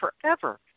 forever